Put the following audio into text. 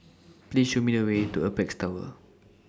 Please Show Me The Way to Apex Tower